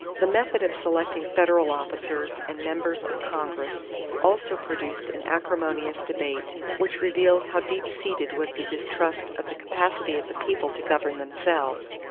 the method of selecting federal officers and members of congress also produced an acrimonious debate which revealed how deep-seated was the distrust of the capacity of the people to govern themselves.